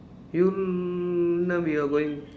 you now we are going